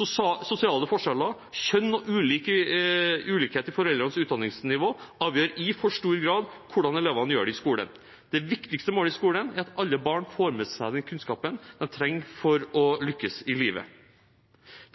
godt. Sosiale forskjeller, kjønn og ulikhet i foreldrenes utdanningsnivå avgjør i for stor grad hvordan elevene gjør det i skolen. Det viktigste målet i skolen er at alle barn får med seg den kunnskapen de trenger for å lykkes i livet.